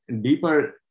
deeper